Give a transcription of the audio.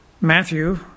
Matthew